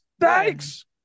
Thanks